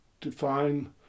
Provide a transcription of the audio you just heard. define